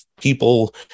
people